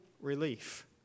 relief